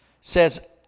Says